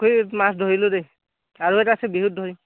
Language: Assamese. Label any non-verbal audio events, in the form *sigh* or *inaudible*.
*unintelligible* মাছ ধৰিলোঁ দেই আৰু এটা আছে বিহুত ধৰিম